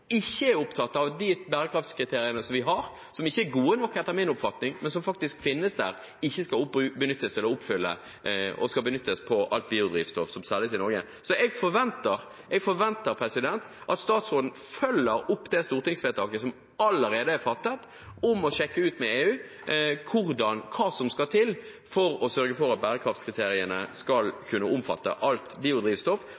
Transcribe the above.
ikke er opptatt av at de bærekraftskriteriene som vi har – som ikke er gode nok, etter min oppfatning, men som faktisk finnes der – skal oppfylles og benyttes på alt biodrivstoff som selges i Norge. Jeg forventer at statsråden følger opp det stortingsvedtaket som allerede er fattet, om å sjekke ut med EU hva som skal til for å sørge for at